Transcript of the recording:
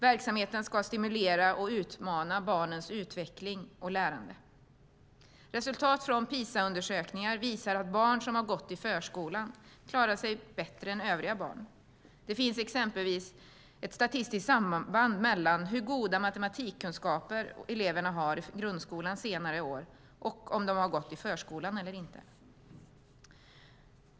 Verksamheten ska stimulera och utmana barnens utveckling och lärande. Resultat från Pisaundersökningar visar att barn som har gått i förskolan klarar sig bättre än övriga barn. Det finns exempelvis ett statistiskt samband mellan hur goda matematikkunskaper eleverna har i grundskolans senare år och om de har gått i förskolan eller inte.